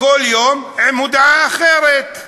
כל יום עם הודעה אחרת.